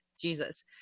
Jesus